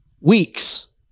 weeks